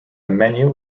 menu